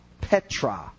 Petra